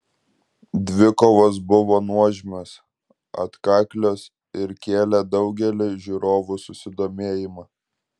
dvikovos buvo nuožmios atkaklios ir kėlė daugeliui žiūrovų susidomėjimą